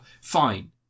fine